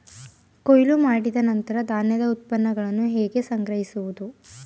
ಕೊಯ್ಲು ಮಾಡಿದ ನಂತರ ಧಾನ್ಯದ ಉತ್ಪನ್ನಗಳನ್ನು ಹೇಗೆ ಸಂಗ್ರಹಿಸುವುದು?